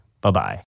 Bye-bye